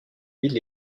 villes